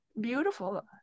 beautiful